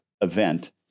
event